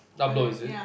upload is it